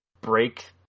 break